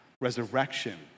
resurrection